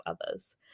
others